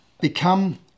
become